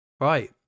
Right